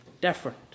different